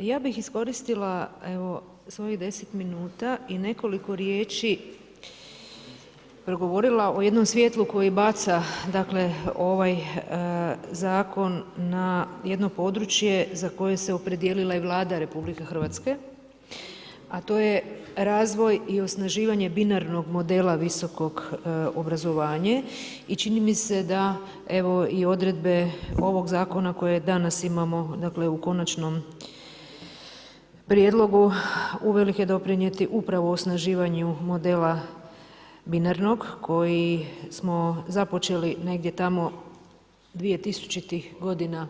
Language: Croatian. Ja bih iskoristila svojih 10 minuta i nekoliko riječi progovorila o jednom svjetlu koji baca ovaj zakon na jedno područje za koje se opredijelila i Vlada RH, a to je razvoj i osnaživanje binarnog modela visokog obrazovanje i čini mi se da odredbe ovog zakona kojeg danas imamo u konačnom prijedlogu uvelike doprinijeti upravo osnaživanju modela binarnog koji smo započeli negdje tamo 2000. godina,